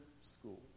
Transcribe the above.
school